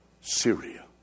Syria